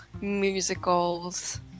musicals